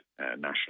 national